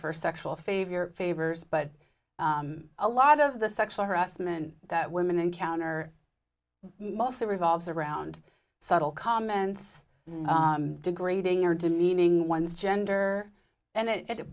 for sexual fave your favors but a lot of the sexual harassment that women encounter mostly revolves around subtle comments degrading or demeaning one's gender and it